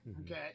Okay